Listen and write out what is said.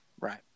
Right